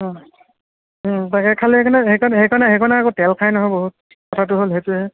অ' অ' তাকে খালী সেইখনে সেইখনে সেইখনে সেইখনে আকৌ তেল খায় নহয় বহুত কথাটো হ'ল সেইটোহে